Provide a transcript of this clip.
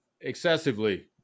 excessively